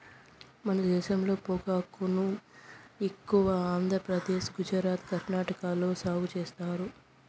మన దేశంలో పొగాకును ఎక్కువగా ఆంధ్రప్రదేశ్, గుజరాత్, కర్ణాటక లో సాగు చేత్తారు